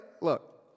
look